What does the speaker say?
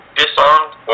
disarmed